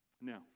now